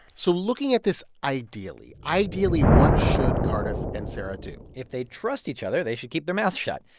so looking at this ideally ideally, what should cardiff and sarah do? if they trust each other, they should keep their mouth shut.